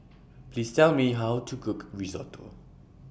Please Tell Me How to Cook Risotto